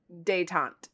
detente